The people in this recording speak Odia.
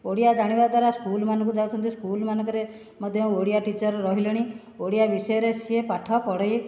ଓଡ଼ିଆ ଜାଣିବା ଦ୍ୱାରା ସ୍କୁଲ ମାନଙ୍କୁ ଯାଉଛନ୍ତି ସ୍କୁଲ ମାନଙ୍କରେ ମଧ୍ୟ ଓଡ଼ିଆ ଟିଚର୍ ରହିଲେଣି ଓଡ଼ିଆ ବିଷୟରେ ସେ ପାଠ ପଢ଼ାଇ